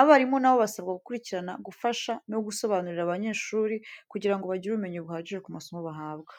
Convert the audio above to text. Abarimu na bo basabwa gukurikirana, gufasha no gusobanurira abanyeshuri kugira ngo bagire ubumenyi buhagije ku masomo bahabwa.